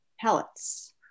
pellets